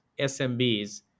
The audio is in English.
SMBs